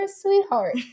sweetheart